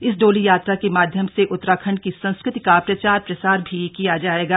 इस डोली यात्रा के माध्यम से उत्तराखंड की संस्कृति का प्रचार प्रसार भी किया जाएगा